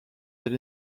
elle